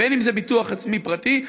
בין אם זה ביטוח עצמי פרטי,